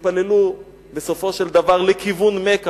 והתפללו בסופו של דבר לכיוון מכה.